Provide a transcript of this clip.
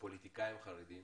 ופוליטיקאים חרדים